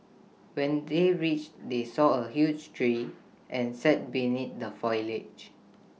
when they reached they saw A huge tree and sat beneath the foliage